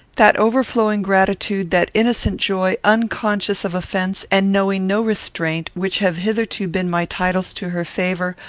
that overflowing gratitude that innocent joy, unconscious of offence, and knowing no restraint, which have hitherto been my titles to her favour,